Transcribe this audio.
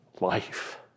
Life